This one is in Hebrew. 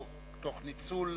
או תוך ניצול